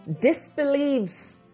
disbelieves